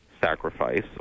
sacrifice